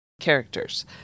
characters